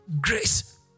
grace